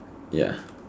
ya